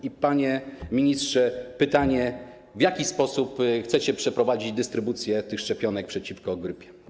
I panie ministrze, pytanie: W jaki sposób chcecie przeprowadzić dystrybucję tych szczepionek przeciwko grypie?